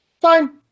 Fine